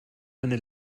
eine